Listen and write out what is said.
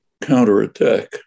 counterattack